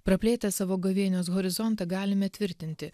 praplėtę savo gavėnios horizontą galime tvirtinti